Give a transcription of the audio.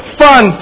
fun